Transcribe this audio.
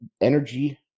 energy